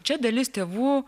čia dalis tėvų